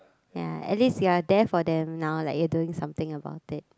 ya at least you are there for them now like you are doing something about it